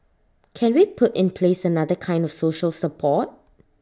can we put in place another kind of social support